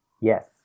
Yes